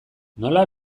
nola